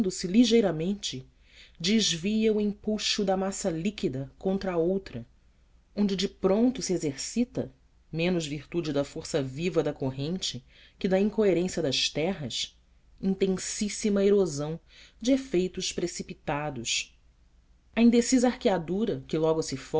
ligeiramente desvia o empuxo da massa líqüida contra a outra onde de pronto se exercita menos em virtude da força viva da corrente que da incoerência das terras intensíssima erosão de efeitos precipitados a indecisa arqueadura que logo se